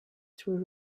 through